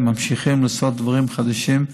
וממשיכים לעשות דברים חדשים,